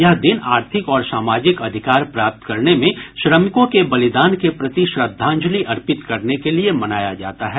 यह दिन आर्थिक और सामाजिक अधिकार प्राप्त करने में श्रमिकों के बलिदान के प्रति श्रद्धांजलि अर्पित करने के लिये मनाया जाता है